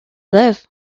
live